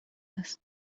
است